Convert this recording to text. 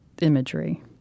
imagery